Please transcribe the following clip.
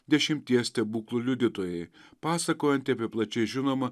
dešimties stebuklų liudytojai pasakojanti apie plačiai žinomą